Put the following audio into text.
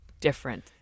different